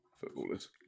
footballers